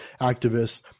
activists